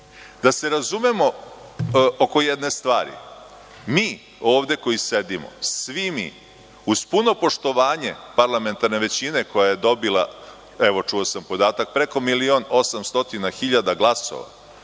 se razumemo oko jedne stvari, mi ovde koji sedimo, svi mi uz puno poštovanje parlamentarne većine koja je dobila, evo čuo sam podatak, preko 1.800.000 glasova.